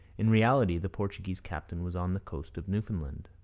in reality the portuguese captain was on the coast of newfoundland.